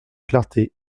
clarté